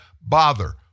bother